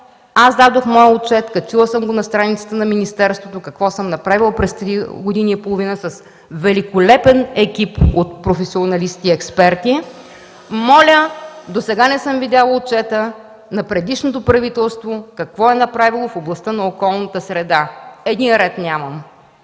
Аз дадох своя отчет. Качила съм го на страницата на министерството какво съм направила през тези три години и половина с великолепен екип от професионалисти и експерти. (Реплики от КБ.) Моля! Досега не съм видяла отчета на предишното правителство – какво е направило в областта на околната среда. Един ред няма!